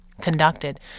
conducted